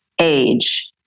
age